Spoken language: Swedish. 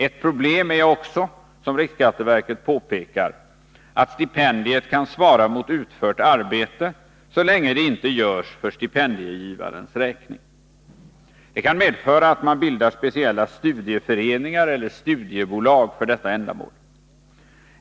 Ett problem är också — som riksskatteverket påpekar — att stipendiet kan svara mot utfört arbete så länge det inte görs för stipendiegivarens räkning. Det kan medföra att man bildar speciella studieföreningar eller studiebolag för detta ändamål.